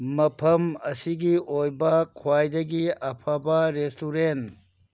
ꯃꯐꯝ ꯑꯁꯤꯒꯤ ꯑꯣꯏꯕ ꯈ꯭ꯋꯥꯏꯗꯒꯤ ꯑꯐꯕ ꯔꯦꯁꯇꯨꯔꯦꯟ